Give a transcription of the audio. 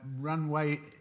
runway